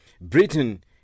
Britain